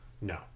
No